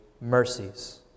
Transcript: mercies